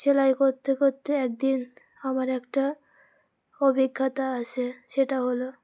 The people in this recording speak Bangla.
সেলাই করতে করতে একদিন আমার একটা অভিজ্ঞতা আসে সেটা হলো